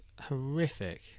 horrific